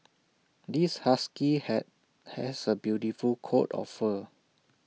this husky had has A beautiful coat of fur